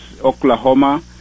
Oklahoma